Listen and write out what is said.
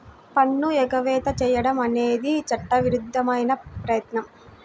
పన్ను ఎగవేత చేయడం అనేది చట్టవిరుద్ధమైన ప్రయత్నం